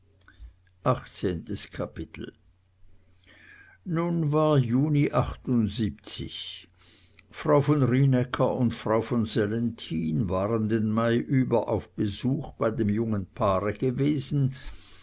achtzehntes kapitel nun war juni frau von rienäcker und frau von sellenthin waren den mai über auf besuch bei dem jungen paare gewesen